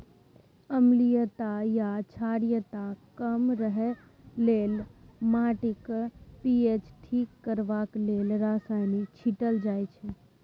अम्लीयता या क्षारीयता कम करय लेल, माटिक पी.एच ठीक करबा लेल रसायन छीटल जाइ छै